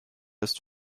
ist